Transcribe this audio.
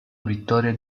vittoria